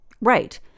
Right